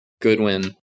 goodwin